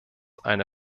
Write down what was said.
eine